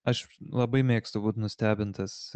aš labai mėgstu būt nustebintas